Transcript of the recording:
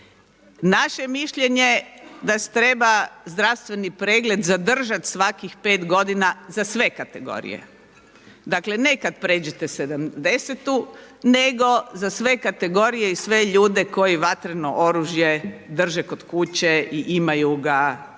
Naše je mišljenje da se treba zdravstveni pregled zadržati svakih 5 godina za sve kategorije. Dakle, ne kada pređete 70-tu nego za sve kategorije i sve ljude koji vatreno oružje drže kod kuće i imaju ga kao